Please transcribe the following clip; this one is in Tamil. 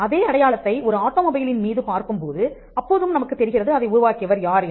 அதே அடையாளத்தை ஒரு ஆட்டோமொபைலின் மீது பார்க்கும் போது அப்பொழுதும் நமக்குத் தெரிகிறது அதை உருவாக்கியவர் யார் என்று